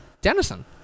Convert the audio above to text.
Denison